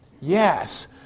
Yes